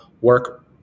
work